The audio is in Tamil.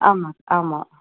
ஆமாம் ஆமாம்